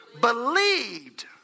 believed